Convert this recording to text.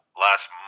last